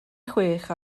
chwech